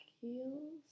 heels